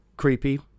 Creepy